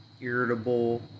irritable